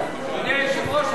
אדוני היושב-ראש,